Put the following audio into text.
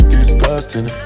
Disgusting